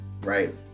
right